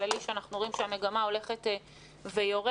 כללי שאנחנו רואים שהמגמה הולכת ויורדת,